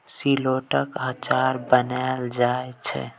शेलौटक अचार बनाएल जाइ छै